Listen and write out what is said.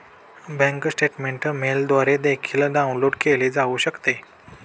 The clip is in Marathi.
बँक स्टेटमेंट मेलद्वारे देखील डाउनलोड केले जाऊ शकते